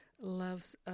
loves